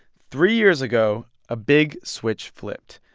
three years ago, a big switch flipped.